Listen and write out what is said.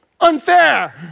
unfair